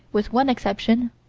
with one exception,